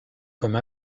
comme